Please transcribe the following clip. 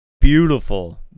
beautiful